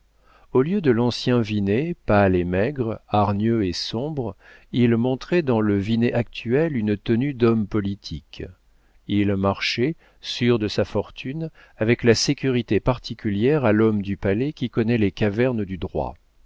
au lieu de l'ancien vinet pâle et maigre hargneux et sombre il montrait dans le vinet actuel une tenue d'homme politique il marchait sûr de sa fortune avec la sécurité particulière à l'homme du palais qui connaît les cavernes du droit